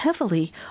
heavily